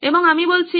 এবং আমি বলছি